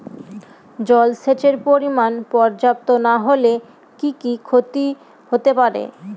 জলসেচের পরিমাণ পর্যাপ্ত না হলে কি কি ক্ষতি হতে পারে?